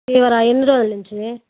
ఫీవరా ఎన్ని రోజుల నుంచి